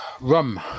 Rum